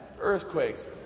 earthquakes